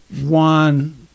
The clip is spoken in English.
one